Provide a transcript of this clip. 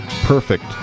perfect